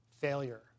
failure